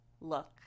look